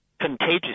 Contagious